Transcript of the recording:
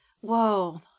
whoa